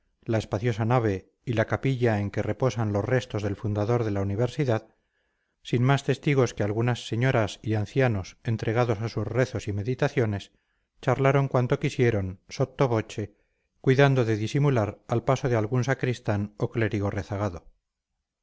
la espaciosa nave y la capilla en que reposan los restosdel fundador de la universidad sin más testigos que algunas señoras y ancianos entregados a sus rezos y meditaciones charlaron cuanto quisieron sotto voce cuidando de disimular al paso de algún sacristán o clérigo rezagado